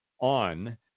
on